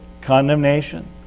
condemnation